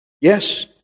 Yes